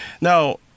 Now